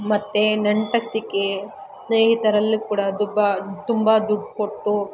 ಮತ್ತೆ ನೆಂಟಸ್ತಿಕೆ ಸ್ನೇಹಿತರಲ್ಲಿ ಕೂಡ ದುಬ್ಬ ತುಂಬ ದುಡ್ಡು ಕೊಟ್ಟು